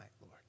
Lord